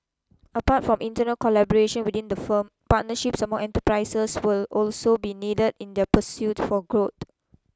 apart from internal collaboration within the firm partnerships among enterprises will also be needed in their pursuit for growed